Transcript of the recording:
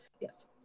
Yes